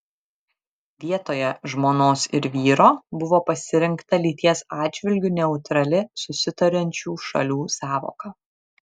vietoje žmonos ir vyro buvo pasirinkta lyties atžvilgiu neutrali susitariančių šalių sąvoka